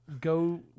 go